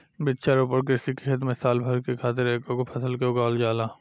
वृक्षारोपण कृषि के खेत में साल भर खातिर एकेगो फसल के उगावल जाला